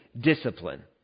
discipline